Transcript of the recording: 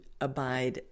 abide